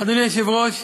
אדוני היושב-ראש,